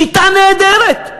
שיטה נהדרת.